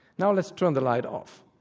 now let's turn the light off.